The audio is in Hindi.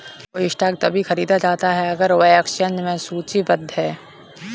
कोई स्टॉक तभी खरीदा जाता है अगर वह एक्सचेंज में सूचीबद्ध है